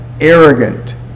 arrogant